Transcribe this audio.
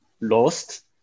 lost